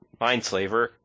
Mindslaver